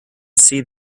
see